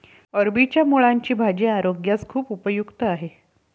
अरबीच्या मुळांची भाजी आरोग्यास खूप उपयुक्त आहे